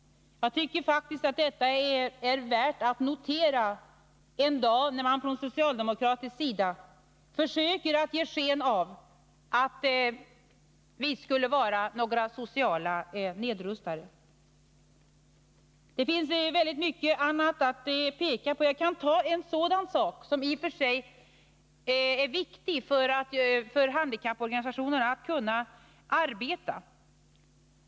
Detta är värt att notera en dag då man från socialdemokratisk sida försöker ge sken av att vi skulle vara några ”sociala nedrustare”. Det finns mycket annat att peka på. Jag kan ta en sak som är viktig när det gäller handikapporganisationernas möjligheter att arbeta.